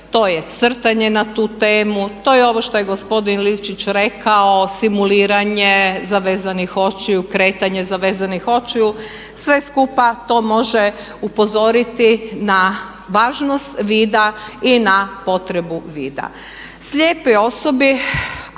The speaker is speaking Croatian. to je crtanje na tu temu, to je ovo što je gospodin rekao simuliranje zavezanih očiju, kretanje zavezanih očiju. Sve skupa to može upozoriti na važnost vida i na potrebu vida. Slijepe osobe,